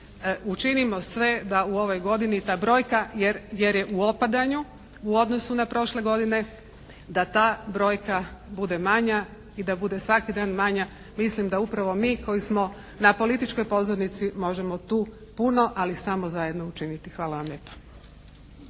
Učinimo sve da u ovoj godini ta brojka, jer je u opadanju u odnosu na prošle godine, da ta brojka bude manja i da bude svaki dan manja. Mislim da upravo mi koji smo na političkoj pozornici možemo tu puno ali samo zajedno učiniti. Hvala vam lijepa.